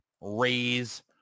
raise